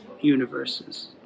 universes